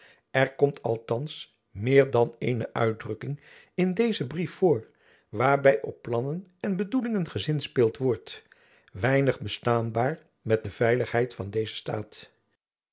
er komt althands meer dan eene uitdrukking in dezen brief voor waarby op plannen en bedoelingen gezinspeeld wordt weinig bestaanbaar met de veiligheid van dezen staat